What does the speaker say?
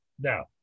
Now